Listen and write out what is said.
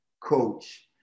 coach